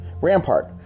Rampart